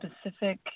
specific